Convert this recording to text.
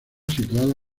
situada